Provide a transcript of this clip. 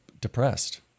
depressed